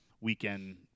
weekend